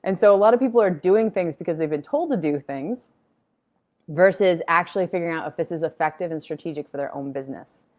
and so a lot of people are doing things because they've been told to do things vs. actually figuring out if this is effective and strategic for their own business.